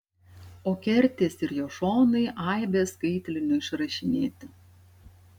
o kertės ir jo šonai aibe skaitlinių išrašinėti